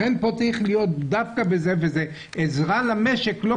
לכן פה צריך להיות דווקא עזרה למשק לא